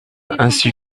ainsi